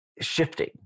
shifting